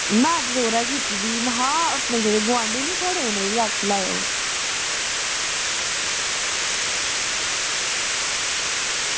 Matador ऐ कीती दी में हा जेह्ड़े गोआंढी ना थुआढ़े उनेंगी बी आक्खी लैयो